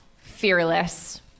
fearless